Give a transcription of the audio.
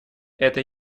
это